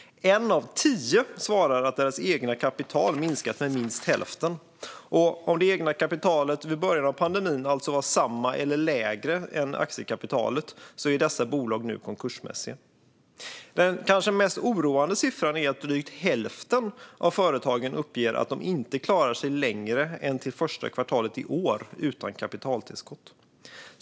En av tio svarar att deras eget kapital har minskat med minst hälften. Om det egna kapitalet vid början av förra året alltså var samma som eller lägre än aktiekapitalet är dessa bolag nu konkursmässiga. Den kanske mest oroande siffran är att drygt hälften av företagen uppger att de inte klarar sig längre än till första kvartalet i år utan kapitaltillskott.